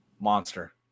Monster